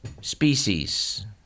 species